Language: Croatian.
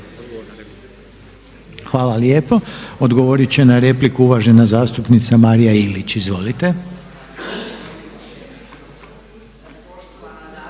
Hvala lijepo. Odgovoriti će na repliku uvažena zastupnica Marija Ilić. Izvolite.